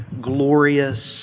glorious